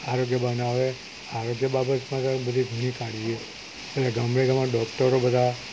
આરોગ્ય બાને હવે આરોગ્ય બાબતમાં તો હવે બધી ઘણી કાળજી અને ગામડે ગામ ડોકટરો બધાં